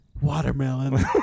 watermelon